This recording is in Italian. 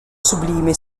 sublime